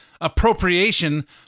appropriation